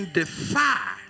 defy